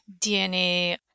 DNA